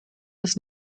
des